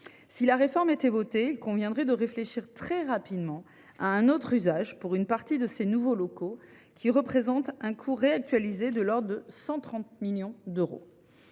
Si la réforme était votée, il conviendrait de réfléchir très rapidement à un autre usage pour une partie de ces nouveaux locaux, qui représentent un coût réactualisé de l’ordre de 130 millions d’euros.